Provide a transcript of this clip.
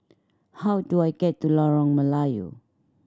how do I get to Lorong Melayu